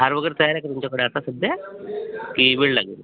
हार वगैरे तयार आहे का तुमच्याकडे आता सध्या की वेळ लागेल